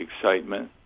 excitement